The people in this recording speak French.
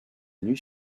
nuit